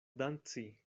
danci